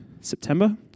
September